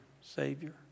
Savior